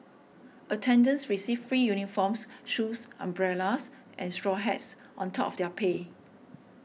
attendants received free uniforms shoes umbrellas and straw hats on top of their pay